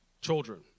children